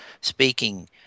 speaking